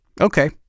Okay